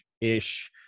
ish